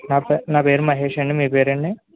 నా పే నా పేరు మహేష్ అండి మీ పేరండి